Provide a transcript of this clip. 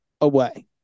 away